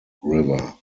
river